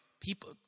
People